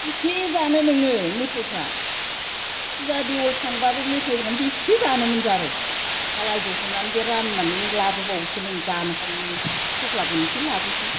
बेसे जानो नोङो मेथाइफ्रा फुजा देवोल थांबाबो मेथाइफ्रानो बेसे जानोमोन जारौ सालाइ दहनानै बे राननानै लाबोबावोसोमोन जानो हायैनि थफ्ला बोनसै लाबोसै